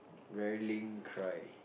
rarely cry